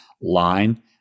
line